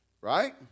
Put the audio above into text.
right